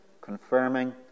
confirming